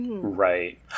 right